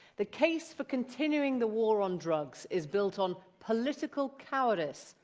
the case for continuing the war on drugs is built on political cowardice,